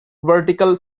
vertical